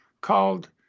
called